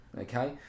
okay